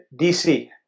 DC